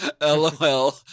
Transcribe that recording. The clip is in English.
LOL